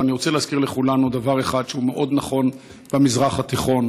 אבל אני רוצה להזכיר לכולנו דבר אחד שהוא מאוד נכון במזרח התיכון: